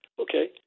okay